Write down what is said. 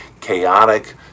chaotic